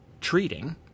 treating